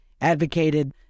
advocated